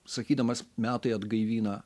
sakydamas metai atgaivina